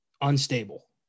unstable